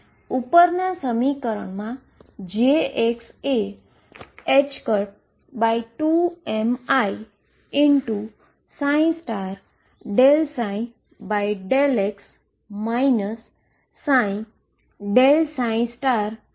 પરંતુ current density છે